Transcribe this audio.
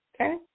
Okay